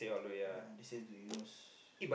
ya they stay to Eunos